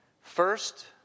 First